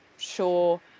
sure